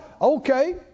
okay